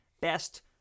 best